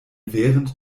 während